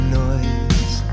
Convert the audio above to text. noise